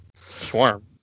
swarm